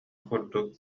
курдук